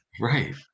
Right